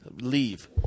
leave